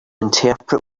interpret